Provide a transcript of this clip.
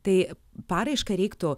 tai paraišką reiktų